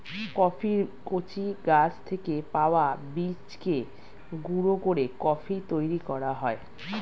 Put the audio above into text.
কফির কচি গাছ থেকে পাওয়া বীজকে গুঁড়ো করে কফি তৈরি করা হয়